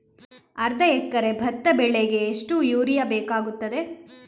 ಅರ್ಧ ಎಕರೆ ಭತ್ತ ಬೆಳೆಗೆ ಎಷ್ಟು ಯೂರಿಯಾ ಬೇಕಾಗುತ್ತದೆ?